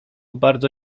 bardzo